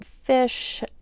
fish